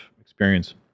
experience